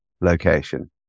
location